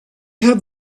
have